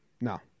No